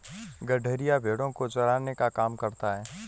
गड़ेरिया भेड़ो को चराने का काम करता है